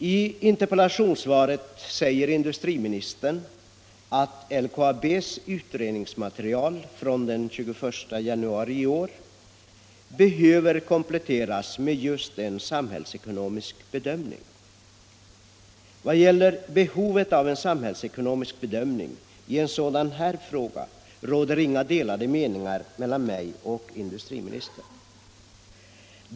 I interpellationssvaret säger industriministern att LKAB:s utredningsmaterial från den 21 januari i år behöver kompletteras med just en samhällsekonomisk bedömning. När det gäller behovet av en samhällsekonomisk bedömning i en sådan här fråga råder inga delade meningar mellan mig och industriministern.